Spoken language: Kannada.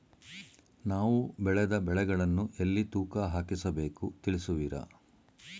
ನಾವು ಬೆಳೆದ ಬೆಳೆಗಳನ್ನು ಎಲ್ಲಿ ತೂಕ ಹಾಕಿಸಬೇಕು ತಿಳಿಸುವಿರಾ?